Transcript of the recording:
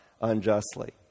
unjustly